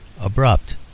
abrupt